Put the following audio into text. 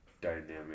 Dynamic